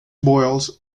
boils